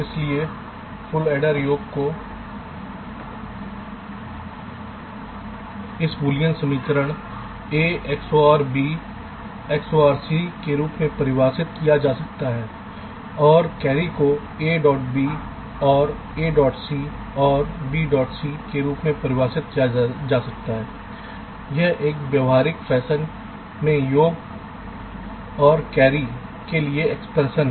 इसलिए full adder योग को इस बूलियन समीकरण A XOR B XOR C के रूप में परिभाषित किया जा सकता है और कैरी को AB OR AC OR BC के रूप में परिभाषित किया जाता है ये एक व्यवहारिक फैशन में योग और कैरी के लिए एक्सप्रेशंस हैं